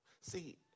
See